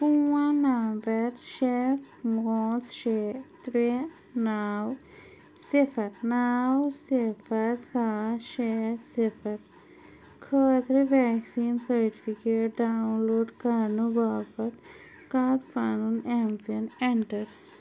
phone number شےٚ شےٚ ترٛےٚ نَو صِفر نَو صِفر سَتھ شےٚ صِفر خٲطرٕ وٮ۪کسیٖن سرٹِفِکیٹ ڈاوُن لوڈ کَرنہٕ باپتھ کَر پَنُن اٮ۪م پِن اٮ۪نٛٹَر